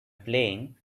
playing